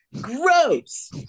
Gross